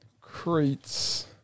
Crates